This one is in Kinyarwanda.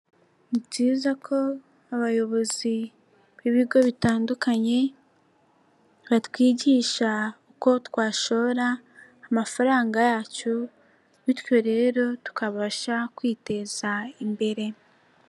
ni byiza ko abayobozi b'ibigo bitandukanye batwigisha uko twashora amafaranga yacu, bityo rero tukabasha kwiteza imbere.